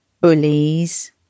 bullies